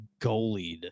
goalied